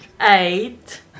eight